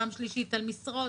פעם שלישית על משרות.